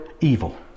evil